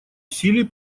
усилий